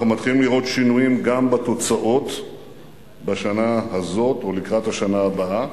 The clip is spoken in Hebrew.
אנחנו מתחילים לראות שינויים גם בתוצאות בשנה הזאת או לקראת השנה הבאה.